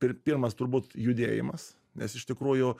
pir pirmas turbūt judėjimas nes iš tikrųjų